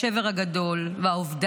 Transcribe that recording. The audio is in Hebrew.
היו"ר מאיר